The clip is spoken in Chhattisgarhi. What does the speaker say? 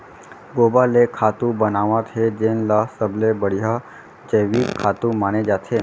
गोबर ले खातू बनावत हे जेन ल सबले बड़िहा जइविक खातू माने जाथे